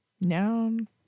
Noun